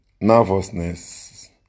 nervousness